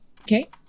Okay